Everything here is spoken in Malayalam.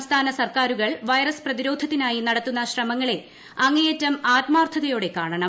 സംസ്ഥാന സർക്കാരുകൾ വൈറസ് പ്രതിരോധത്തിനായി നടത്തുന്ന ശ്രമങ്ങളെ അങ്ങേയറ്റം ആത്മാർഥതയോടെ കാണണം